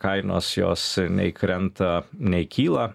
kainos jos nei krenta nei kyla